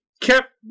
kept